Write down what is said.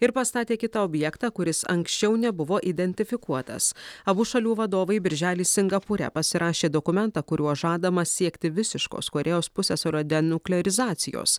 ir pastatė kitą objektą kuris anksčiau nebuvo identifikuotas abu šalių vadovai birželį singapūre pasirašė dokumentą kuriuo žadama siekti visiškos korėjos pusiasalio denuklerizacijos